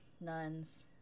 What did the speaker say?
nuns